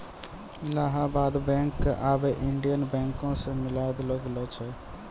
Allahabad bank क आबै Indian बैंको मे मिलाय देलो गेलै